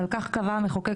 אבל כך קבע המחוקק,